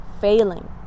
failing